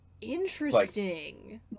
Interesting